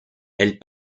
elle